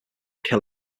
kill